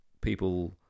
people